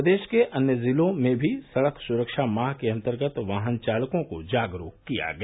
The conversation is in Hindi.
प्रदेश के अन्य जिलों में भी सड़क सुरक्षा माह के अन्तर्गत वाहन चालकों को जागरूक किया गया